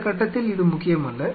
இந்த கட்டத்தில் இது முக்கியமல்ல